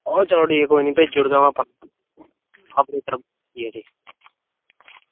ओह् कोई निं अंऊ भेजी ओड़गा